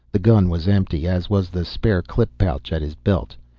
the gun was empty, as was the spare clip pouch at his belt.